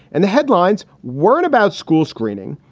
and the headlines weren't about school screening.